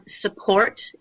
support